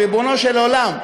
ריבונו של עולם,